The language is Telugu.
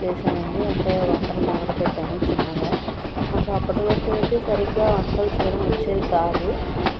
చేసాను అండి అంటే వంటలు మొదలుపెట్టాను చిన్నగా నాకు అప్పటివరకు అయితే సరిగ్గా వంటలు చేయడం వచ్చేది కాదు